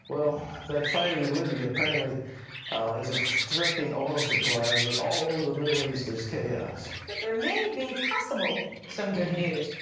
well, that fighting in libya apparently is ah threatening oil supplies. but all over the middle east there is chaos. but there may be possibly some good news.